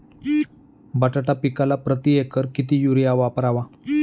बटाटा पिकाला प्रती एकर किती युरिया वापरावा?